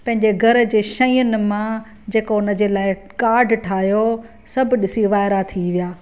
पंहिंजे घर जे शयुनि मां जेको हुन जे लाइ कार्ड ठाहियो सभु डीसी वायरा थी विया